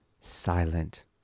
silent